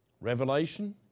Revelation